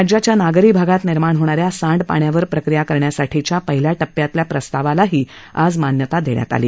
राज्याच्या नागरी भागात निर्माण होणाऱ्या सांडपाण्यावर प्रक्रिया करण्यासाठीच्या पहिल्या टप्प्यातल्या प्रस्तावाला आज मान्यता देण्यात आली